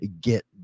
get